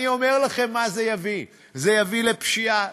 אני אומר לכם למה זה יביא: זה יביא לפשיעה,